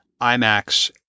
IMAX